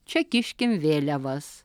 čia kiškim vėliavas